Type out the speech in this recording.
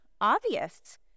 obvious